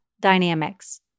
dynamics